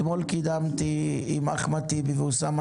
אתמול קידמתי עם חברי הכנסת אחמד טיבי ואוסאמה